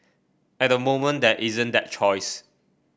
at the moment there isn't that choice